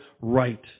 right